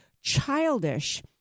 childish